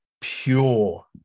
pure